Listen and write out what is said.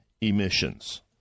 emissions